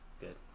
good